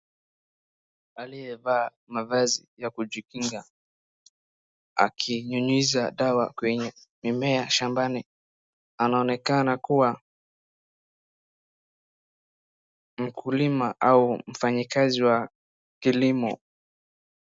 Aliyevaa mavazi ya kujikinga akinyunyiza dawa kwenye mimea shambani. Anaonekana kuwa mkulima au mfanyikazi wa kilimo.